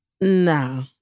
No